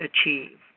achieve